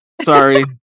Sorry